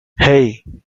hey